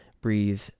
breathe